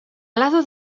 lado